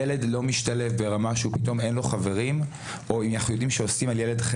ילד לא משתלב ברמה שאין לו חברים או שאנחנו יודעים שעושים חרם על ילד,